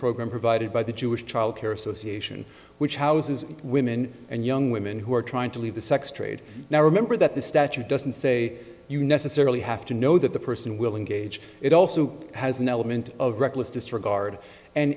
program provided by the jewish childcare association which houses women and young women who are trying to leave the sex trade now remember that the statute doesn't say you necessarily have to know that the person willing gauge it also has an element of reckless disregard and